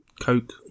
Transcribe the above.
Coke